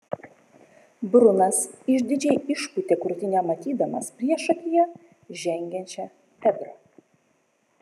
brunas išdidžiai išpūtė krūtinę matydamas priešakyje žengiančią ebrą